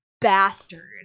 bastard